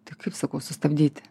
tai kaip sakau sustabdyti